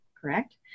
correct